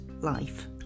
life